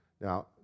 Now